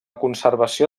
conservació